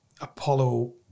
Apollo